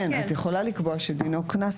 את יכולה לקבוע שדינו קנס,